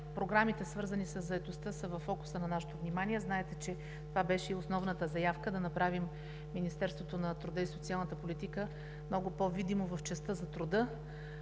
Програмите, свързани със заетостта, са във фокуса на нашето внимание. Знаете, че това беше и основната заявка да направим Министерството на труда и социалната политика много по-видимо в частта за труда,